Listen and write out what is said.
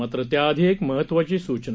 मात्र त्याआधी एक महत्त्वाची सूचना